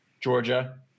Georgia